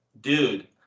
Dude